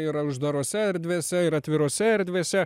yra uždarose erdvėse ir atvirose erdvėse